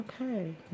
Okay